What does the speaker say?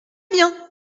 bien